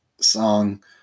song